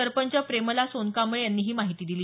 सरपंच प्रेमला सोनकांबळे यांनी ही माहिती दिली